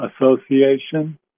Association